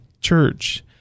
church